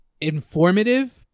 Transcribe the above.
informative